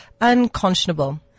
unconscionable